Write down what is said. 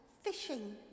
fishing